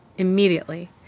immediately